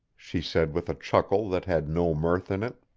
she said with a chuckle that had no mirth in it.